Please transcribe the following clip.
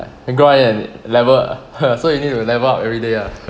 grind and level so you need to level up every day ah